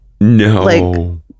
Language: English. No